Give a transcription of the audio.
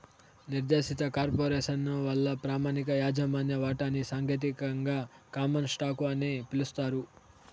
నిర్దేశిత కార్పొరేసను వల్ల ప్రామాణిక యాజమాన్య వాటాని సాంకేతికంగా కామన్ స్టాకు అని పిలుస్తారు